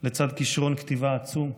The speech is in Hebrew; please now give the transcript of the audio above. לצד כישרון כתיבה עצום,